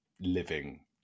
living